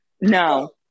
No